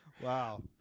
Wow